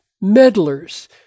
meddlers